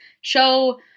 show